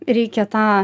reikia tą